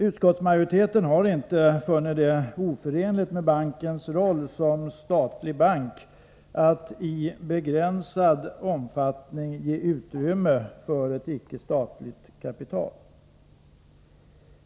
Utskottsmajoriteten har inte funnit det oförenligt med bankens roll som statlig bank att man i begränsad omfattning ger utrymme för ett icke statlig kapital.